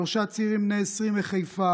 שלושה צעירים בני 20 מחיפה,